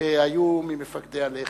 היו ממפקדי הלח"י.